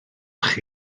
chi